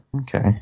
Okay